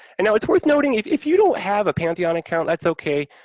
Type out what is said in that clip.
and now it's worth noting, if if you don't have a pantheon account, that's okay,